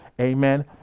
Amen